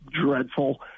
dreadful